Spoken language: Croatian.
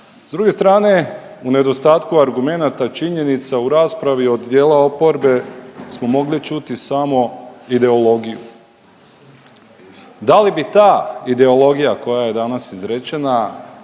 S druge strane u nedostatku argumenata činjenica u raspravi od dijela oporbe smo mogli čuti samo ideologiju. Da li bi ta ideologija koja je danas izrečena